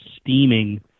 steaming